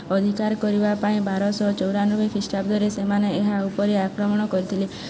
ଅଧିକାର କରିବା ପାଇଁ ବାରଶହ ଚଉରାନବେ ଖ୍ରୀଷ୍ଟାବ୍ଦରେ ସେମାନେ ଏହା ଉପରେ ଆକ୍ରମଣ କରିଥିଲେ